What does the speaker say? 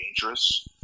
dangerous